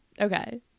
Okay